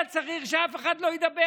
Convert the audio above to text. היה צריך שאף אחד לא ידבר,